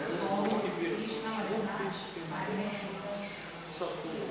hvala vam